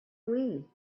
wii